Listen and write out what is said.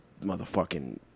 motherfucking